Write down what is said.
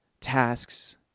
tasks